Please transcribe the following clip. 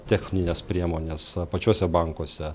techninės priemonės pačiuose bankuose